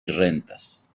rentas